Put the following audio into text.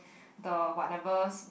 the whatever